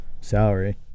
salary